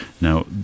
now